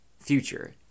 future